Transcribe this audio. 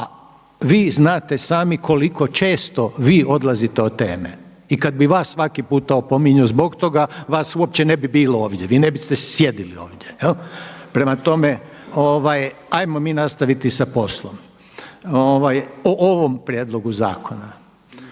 vi znate sami koliko često vi odlazite od teme. I kad bi vas svaki puta opominjao zbog toga vas uopće ne bi bilo ovdje, vi ne biste sjedili ovdje. Jel'? Prema tome, hajmo mi nastaviti sa poslom o ovom prijedlogu zakona.